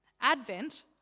Advent